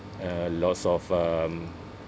uh lots of um